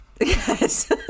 Yes